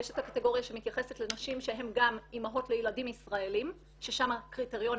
יש קטגוריה שמתייחסת לנשים שהן גם אימהות לילדים ישראלים ששם הקריטריונים